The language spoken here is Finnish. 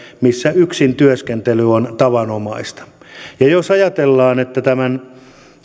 missä yksin työskentely on tavanomaista jos tämän